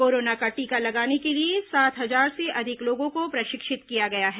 corona का टीका लगाने के लिए सात हजार से अधिक लोगों को प्रशिक्षित किया गया है